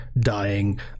dying